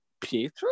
Pietro